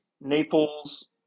Naples